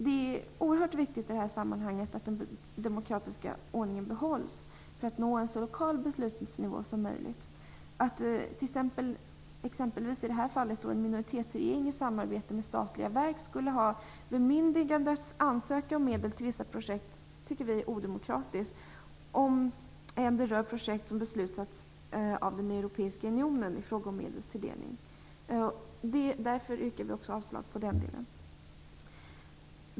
Det är oerhört viktigt i detta sammanhang att den demokratiska ordningen behålls för att nå en så lokal beslutsnivå som möjligt. Att exempelvis, som i det här fallet, en minoritetsregering i samarbete med statliga verk skulle ha bemyndigande att ansöka om medel till vissa projekt är, tycker vi, odemokratiskt, även om det rör medelstilldelningsprojekt som beslutats av Europeiska unionen. Därför yrkar vi avslag också i den delen.